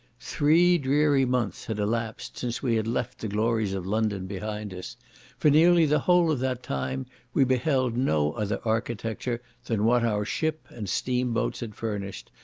three dreary months had elapsed since we had left the glories of london behind us for nearly the whole of that time we beheld no other architecture than what our ship and steam-boats had furnished,